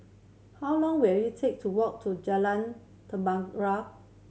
how long will it take to walk to Jalan